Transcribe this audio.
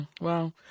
Wow